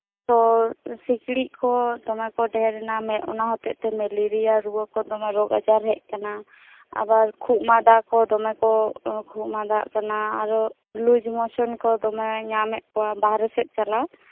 ᱛᱳ ᱥᱤᱠᱲᱤᱪ ᱠᱚ ᱫᱚᱢᱮ ᱠᱚ ᱰᱷᱮᱨ ᱠᱟᱱᱟ ᱚᱱᱟ ᱦᱚᱛᱮᱜ ᱛᱮ ᱢᱮᱞᱮᱨᱤᱭᱟ ᱨᱩᱣᱟᱹ ᱠᱚ ᱫᱚᱢᱮ ᱨᱳᱜ ᱟᱡᱟᱨ ᱦᱮᱡ ᱠᱟᱱᱟ ᱟᱨ ᱠᱷᱩᱜ ᱢᱟᱫᱟ ᱠᱚ ᱫᱚᱢᱮ ᱠᱚ ᱠᱷᱩᱜ ᱢᱟᱫᱟᱜ ᱠᱟᱱᱟ ᱟᱨ ᱞᱩᱡᱢᱚᱥᱮᱢ ᱠᱚ ᱫᱚᱢᱮ ᱧᱟᱢ ᱮᱜ ᱠᱚᱣᱟ ᱵᱟᱦᱨᱮ ᱥᱮᱜ ᱪᱟᱞᱟᱣ